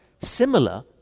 Similar